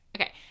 Okay